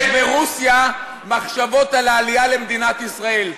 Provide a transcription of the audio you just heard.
יש ברוסיה מחשבות על העלייה לישראל.